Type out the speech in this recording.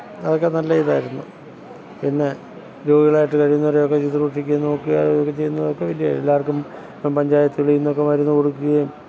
അതൊക്കെ നല്ല ഇതായിരുന്നു പിന്നെ രോഗികളായിട്ട് കഴിയുന്നവരെയൊക്കെ ശ്രുശ്രൂഷിക്കുകയും നോക്കുകയും അതും ഒക്കെ ചെയ്യുന്നതൊക്കെ വലിയ എല്ലാവര്ക്കും ഇപ്പം പഞ്ചായത്തുകളിൽ നിന്നൊക്കെ മരുന്നു കൊടുക്കുകയും